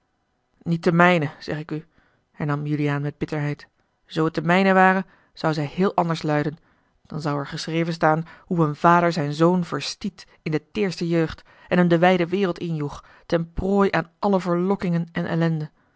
de mijne zeg ik u hernam juliaan met bitterheid zoo het de mijne ware zou zij heel anders luiden dan zou er geschreven staan hoe een vader zijn zoon verstiet in de a l g bosboom-toussaint de delftsche wonderdokter eel teêrste jeugd en hem de wijde wereld injoeg ten prooi aan alle verlokkingen en ellende